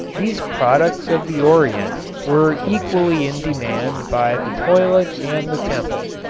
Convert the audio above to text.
these products of the orient were equally in demand by the toilet and the temple.